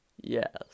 Yes